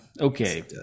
okay